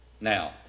Now